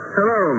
Hello